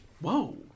whoa